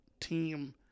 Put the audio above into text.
team